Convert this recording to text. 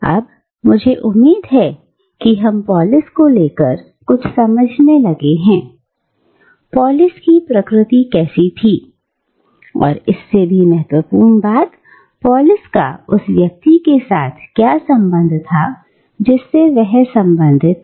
अब मुझे उम्मीद है हम पोलिस को लेकर कुछ समझने लगे हैं पोलीस की प्रकृति कैसी थी और इससे भी महत्वपूर्ण बात पोलिस का उस व्यक्ति के साथ क्या संबंध था जिससे वह संबंधित था